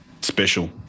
special